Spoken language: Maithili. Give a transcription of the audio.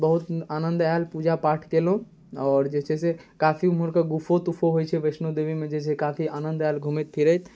बहुत आनन्द आएल पूजा पाठ कएलहुँ आओर जे छै से काफी ओम्हरका गुफो तुफो होइ छै वैष्णो देवीमे जे छै काफी आनन्द आएल घुमैत फिरैत